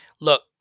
Look